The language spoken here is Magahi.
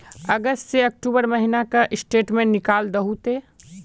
अगस्त से अक्टूबर महीना का स्टेटमेंट निकाल दहु ते?